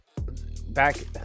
back